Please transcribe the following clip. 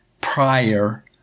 prior